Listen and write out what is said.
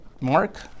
Mark